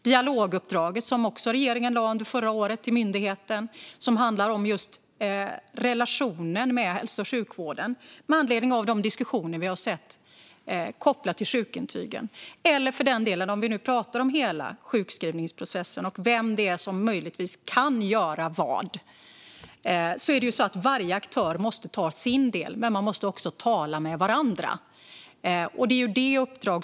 Dialoguppdraget, som regeringen gav till myndigheten förra året, handlar om relationen med hälso och sjukvården, med anledning av diskussionerna vad gäller sjukintygen. När det gäller hela sjukskrivningsprocessen och vem det är som möjligtvis kan göra måste varje aktör ta sin del, men man måste också tala med varandra.